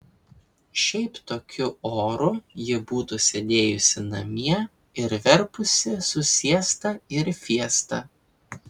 šiaip tokiu oru ji būtų sėdėjusi namie ir verpusi su siesta ir fiesta